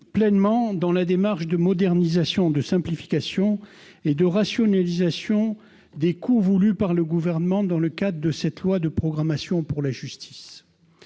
pleinement dans la démarche de modernisation, de simplification et de rationalisation des coûts voulue par le Gouvernement dans le cadre de cette loi de programmation pour la justice.